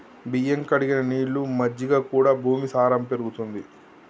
బియ్యం కడిగిన నీళ్లు, మజ్జిగ కూడా భూమి సారం పెరుగుతది